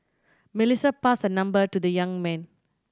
Melissa passed her number to the young man